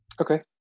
Okay